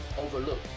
overlook